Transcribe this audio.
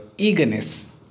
Eagerness